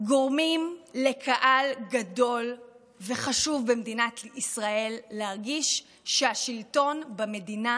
גורמים לקהל גדול וחשוב במדינת ישראל להרגיש שהשלטון במדינה